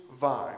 vine